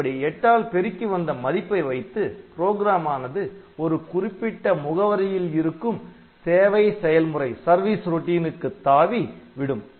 இப்படி எட்டால் பெருக்கி வந்த மதிப்பை வைத்து ப்ரோகிராம் ஆனது ஒரு குறிப்பிட்ட முகவரியில் இருக்கும் சேவை செயல்முறை க்கு தாவி விடும்